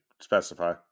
specify